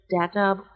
data